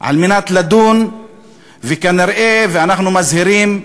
כדי לדון בהן, וכנראה, ואנחנו מזהירים,